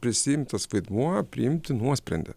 prisiimtas vaidmuo priimti nuosprendį